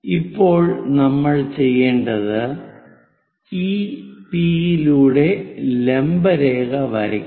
ഇപ്പോൾ നമ്മൾ ചെയ്യേണ്ടത് ഈ പി യിലൂടെ ലംബ രേഖ വരയ്ക്കുക